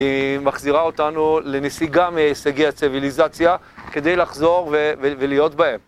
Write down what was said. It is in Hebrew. היא מחזירה אותנו לנסיגה מהישגי הציביליזציה כדי לחזור ולהיות בהם.